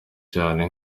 cyane